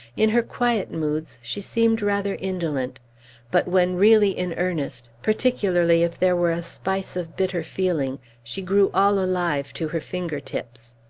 in her quiet moods, she seemed rather indolent but when really in earnest, particularly if there were a spice of bitter feeling, she grew all alive to her finger-tips.